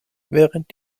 während